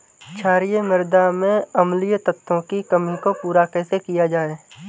क्षारीए मृदा में अम्लीय तत्वों की कमी को पूरा कैसे किया जाए?